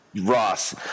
Ross